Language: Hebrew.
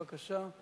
בבקשה.